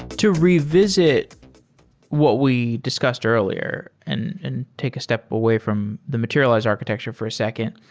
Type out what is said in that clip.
to revisit what we discussed earlier and and take a step away from the materialize architecture for a second,